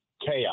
chaos